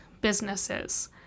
businesses